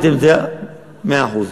מאה אחוז.